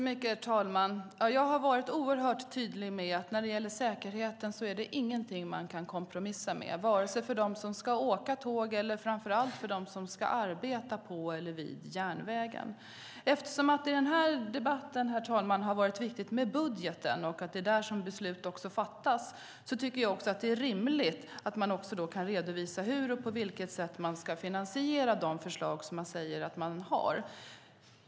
Herr talman! Jag har varit oerhört tydlig med att säkerheten inte är någonting som man kan kompromissa med, vare sig för dem som ska åka tåg eller framför allt för dem som ska arbeta på eller vid järnvägen. Eftersom det i denna debatt har varit viktigt med budgeten och beslut som fattas med anledning av den är det rimligt att man också kan redovisa hur man ska finansiera de förslag som man har.